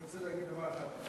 אני רוצה להגיד דבר אחד.